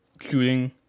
shooting